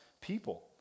people